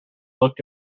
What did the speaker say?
looked